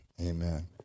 amen